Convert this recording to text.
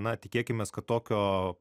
na tikėkimės kad tokio